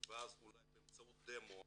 ואז אולי באמצעות דמו,